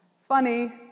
Funny